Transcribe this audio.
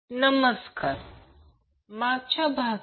ठीक आहे आपण परत आलो आहोत